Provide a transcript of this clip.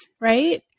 right